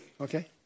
Okay